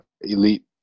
elite